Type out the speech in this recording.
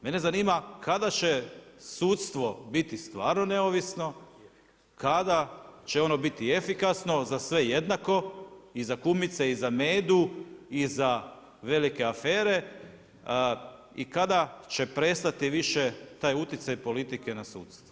Mene zanima kada će sudstvo biti stvarno neovisno, kada će ono biti efikasno, za sve jednako i za kumice i za Medu i za velike afere i kada će prestati više taj uticaj politike na sudstvo.